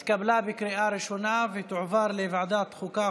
התקבלה בקריאה ראשונה ותועבר לוועדת החוקה,